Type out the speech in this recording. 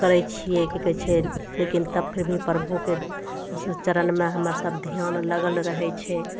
करय छियै कि कहय छै लेकिन तब फिर भी प्रभुके चरणमे हमर सब ध्यान लगल रहय छै